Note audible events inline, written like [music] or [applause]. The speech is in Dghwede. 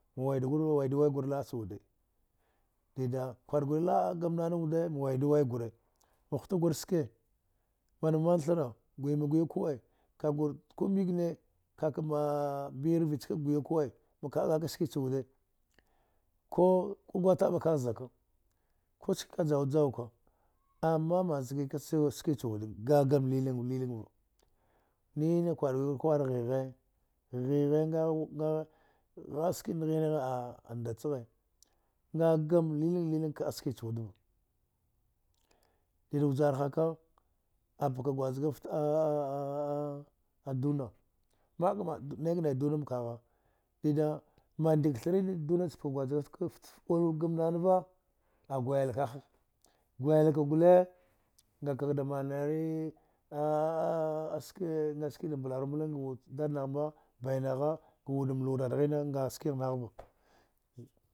Waidu waigur la’a cha wude ɗiɗa kwar guli wud la’a gam nana wude ma huta gur ske man manthara gwi ma guy akua kagur kumikne birvichaka gwiyu ku’a ma ka’a ka’ a ka sji cha wude k uku gwataɓa ka’a zaka kushi kajaudu jauka ama zaka ski ski chu wude nga gam lilang lilanng va nine kwal gur kwar ghighe ghighe [hesitation] anda chaghe nga gam lilang likang ka’a ski chu wud va dida jar ha kau a ka gwajgaft [hesitation] duna ma’a ka ma’a nai knai duna mkagha dida mandika thara ɗa niduna pka gwajgaft kafta oul gam nanava a gwil kah gwil ka gule nga ka da manare [hesitation] [unintelligible] ngaski da mbla rumbla nwud cha dadnagha bainagha ga n wud mluwa dad ghine ngaskigh naghva.